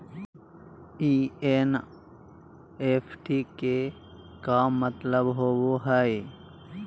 NEFT के का मतलव होव हई?